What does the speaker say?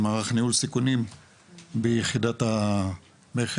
ממערך ניהול סיכונים ביחידת המכס.